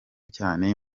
cyane